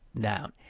down